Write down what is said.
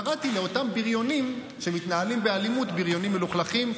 קראתי לאותם בריונים שמתנהלים באלימות בריונים מלוכלכים,